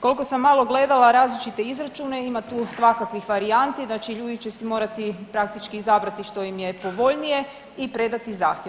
Koliko sam malo gledala različite izračune, ima tu svakakvih varijanti, znači ljudi će si morati praktički izabrati što im je povoljnije i predati zahtjev.